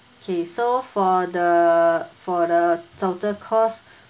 okay so for the for the total cost